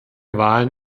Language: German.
wahlen